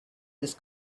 this